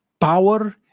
power